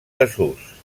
desús